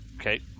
Okay